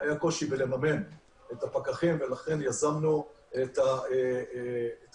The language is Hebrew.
היה קושי לממן את הפקחים, ולכן יזמנו את המימון.